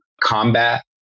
combat